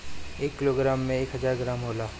एक किलोग्राम में एक हजार ग्राम होला